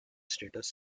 status